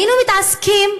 היינו מתעסקים,